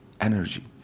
energy